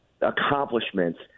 accomplishments